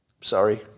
Sorry